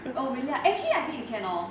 oh really ah actually I think you can lor